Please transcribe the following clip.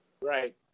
Right